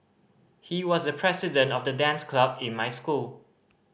he was the president of the dance club in my school